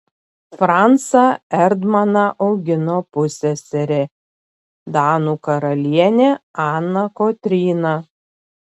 francą erdmaną augino pusseserė danų karalienė ana kotryna